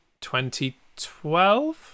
2012